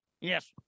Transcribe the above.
Yes